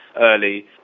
early